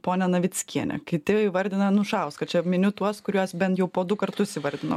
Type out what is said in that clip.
ponia navickienę kiti įvardina anušauską čia miniu tuos kuriuos bent jau po du kartus įvardino